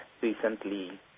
recently